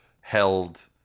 held